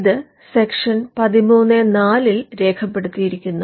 ഇത് section Section 13 ഇൽ രേഖപ്പെടുത്തിയിരിക്കുന്നു